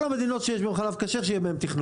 כל המדינות שיש בהן חלב כשר, שיהיה בהן תכנון.